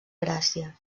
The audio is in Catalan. gràcia